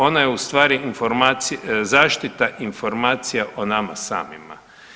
Ona je u stvari zaštita informacija o nama samima.